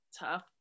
tough